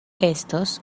estos